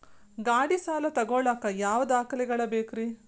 ಗಾಡಿ ಸಾಲ ತಗೋಳಾಕ ಯಾವ ದಾಖಲೆಗಳ ಬೇಕ್ರಿ?